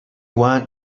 want